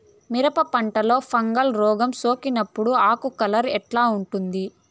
మిరప పంటలో ఫంగల్ రోగం సోకినప్పుడు ఆకు కలర్ ఎట్లా ఉంటుంది?